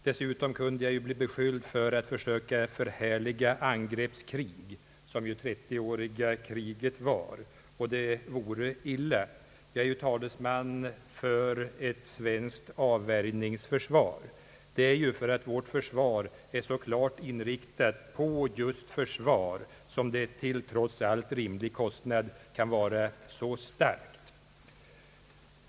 Dessutom kunde jag bli beskylld för att försöka förhärliga angreppskrig — som det 30 åriga kriget var — och det vore illa. Jag är talesman för ett avvärjningsförsvar. Det är ju därför att vårt försvar är så klart inriktat på just försvar som det trots allt till rimlig kostnad kan vara så starkt.